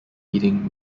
leading